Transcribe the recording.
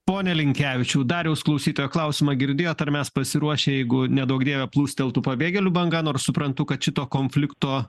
pone linkevičiau dariaus klausytojo klausimą girdėjot ar mes pasiruošę jeigu neduok dieve plūsteltų pabėgėlių banga nors suprantu kad šito konflikto